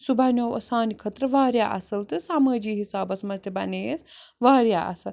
سُہ بنیٛو ٲں سانہِ خٲطرٕ واریاہ اصٕل تہٕ سمٲجی حسابَس منٛز تہِ بنے أسۍ واریاہ اصٕل